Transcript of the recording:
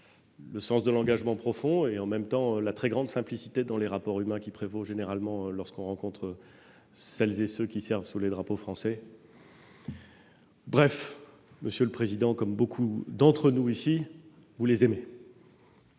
le sens de l'engagement profond et, en même temps, la très grande simplicité dans les rapports humains qui prévaut généralement lorsque l'on rencontre celles et ceux qui servent sous les drapeaux français. Bref, monsieur le président, comme beaucoup d'entre nous ici, vous les aimez.